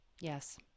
yes